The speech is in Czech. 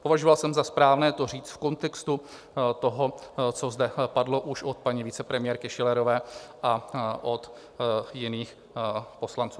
Považoval jsem za správné to říct v kontextu toho, co zde padlo už od paní vicepremiérky Schillerové a od jiných poslanců.